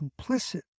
complicit